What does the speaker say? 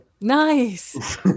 nice